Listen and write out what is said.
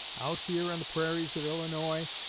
out here on the prairies of illinois,